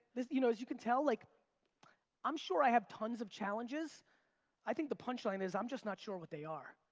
you know as you can tell, like i'm sure i have tons of challenges i think the punchline is i'm just not sure what they are.